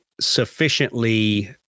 sufficiently